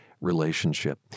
relationship